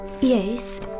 Yes